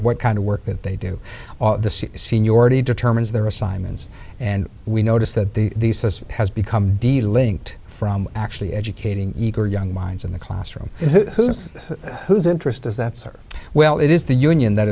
what kind of work that they do seniority determines their assignments and we notice that the us has become de linked from actually educating eager young minds in the classroom whose whose interest does that serve well it is the union that